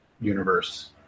universe